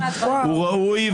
הוא ראוי,